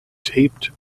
taped